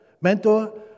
mentor